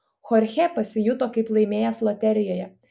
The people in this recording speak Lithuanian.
chorchė pasijuto kaip laimėjęs loterijoje